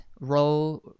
role